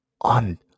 on